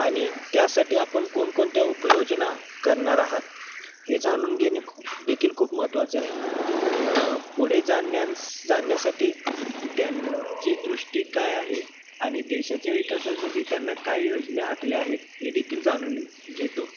आणि त्यासाठी आण कोणकोणत्या उपयोजना करणार आहात हे जाणून घेणे खू देखील खूप महत्त्वाचे आहे पुढे जाण्यास जाण्यासाठी त्यांची दृष्टी काय आहे आणि देशाच्या विकासासाठी त्यांना काय योजना आखल्या आहेत हे देखील जाणून घेतो